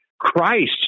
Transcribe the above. Christ